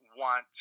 Want